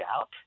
out